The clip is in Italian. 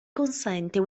consente